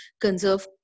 conserve